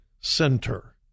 Center